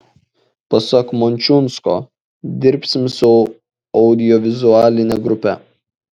pasak mončiunsko dirbsim su audiovizualine grupe